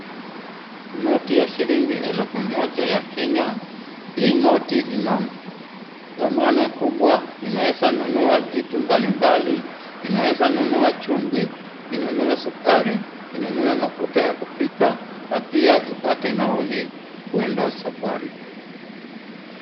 Noti ya shilingi elfu moja ya Kenya, hii noti ina dhamana kubwa, inaweza nunua vitu mbali mbali, inaweza nunua chumvi, inunue sukari, inunue mafuta ya kupika na pia ibaki nauli kuenda safari.